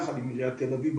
יחד עם עיריית תל אביב,